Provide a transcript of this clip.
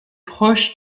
proche